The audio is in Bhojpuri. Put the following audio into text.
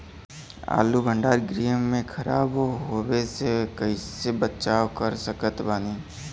आलू भंडार गृह में खराब होवे से कइसे बचाव कर सकत बानी?